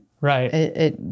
Right